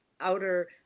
outer